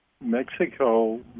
Mexico